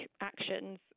actions